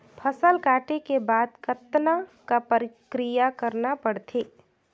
फसल काटे के बाद कतना क प्रक्रिया करना पड़थे?